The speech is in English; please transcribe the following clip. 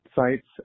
sites